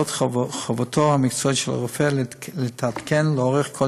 זאת חובתו המקצועית של הרופא להתעדכן לאורך כל